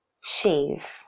shave